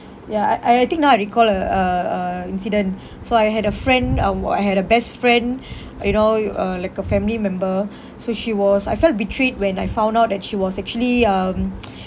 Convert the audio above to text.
ya I I I think now I recall a a a incident so I had a friend um I had a best friend you know you uh like a family member so she was I felt betrayed when I found out that she was actually um